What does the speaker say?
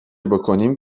بکنیم